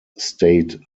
state